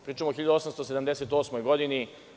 Pričam o 1878. godini.